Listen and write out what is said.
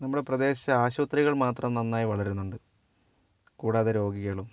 നമ്മുടെ പ്രദേശ ആശുപത്രികൾ മാത്രം നന്നായി വളരുന്നുണ്ട് കൂടാതെ രോഗികളും